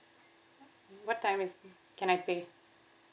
what time is can I pay